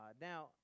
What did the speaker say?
Now